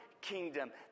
kingdom